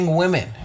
women